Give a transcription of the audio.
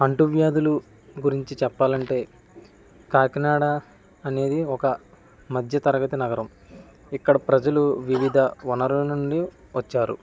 అంటు వ్యాధుల గురించి చెప్పాలంటే కాకినాడ అనేది ఒక మధ్య తరగతి నగరం ఇక్కడ ప్రజలు వివిధ వనరుల నుండి వచ్చారు